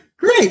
Great